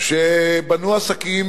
שבנו עסקים